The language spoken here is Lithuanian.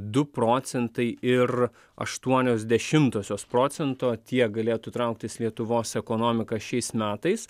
du procentai ir aštuonios dešimtosios procento tiek galėtų trauktis lietuvos ekonomika šiais metais